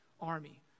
army